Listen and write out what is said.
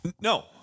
No